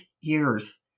years